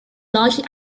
largely